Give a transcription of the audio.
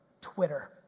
Twitter